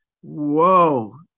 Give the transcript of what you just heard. whoa